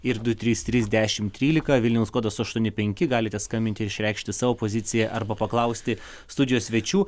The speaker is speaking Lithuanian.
ir du trys trys dešimt trylika vilniaus kodas aštuoni penki galite skambinti ir išreikšti savo poziciją arba paklausti studijos svečių